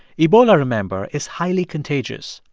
ebola, remember, is highly contagious.